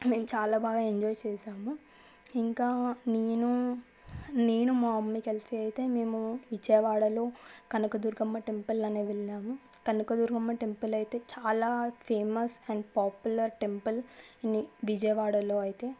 మేము చాలా బాగా ఎంజాయ్ చేశాము ఇంకా నేను నేను మా మమ్మీ కలిసి అయితే మేము విజయవాడలో కనకదుర్గమ్మ టెంపుల్ అని వెళ్ళాము కనకదుర్గమ్మ టెంపుల్ అయితే చాలా famous and popular temple in విజయవాడలో అయితే